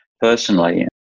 personally